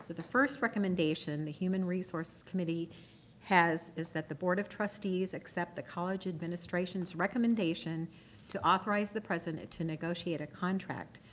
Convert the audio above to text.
the first recommendation the human resources committee has is that the board of trustees accept the college administration's recommendation to authorize the president to negotiate a contract,